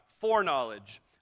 foreknowledge